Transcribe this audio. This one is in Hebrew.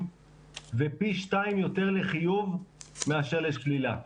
ופי שניים יותר לחיוב מאשר לשלילה.